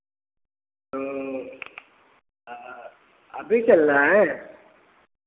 तो अभी चलना है